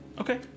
Okay